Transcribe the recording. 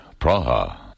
Praha